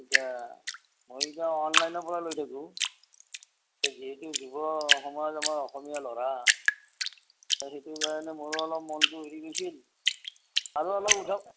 এতিয়া মই এতিয়া অনলাইনৰ পৰা লৈ থাকোঁ যিহেতু দিব সময়ত আমাৰ অসমীয়া ল'ৰা সেইটোৰ কাৰণে মইয়ো অলপ মনটো অকণমান হেৰি হৈছিল আৰু অলপ উঠক